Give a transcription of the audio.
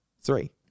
Three